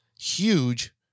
huge